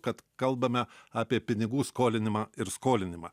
kad kalbame apie pinigų skolinimą ir skolinimą